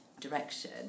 direction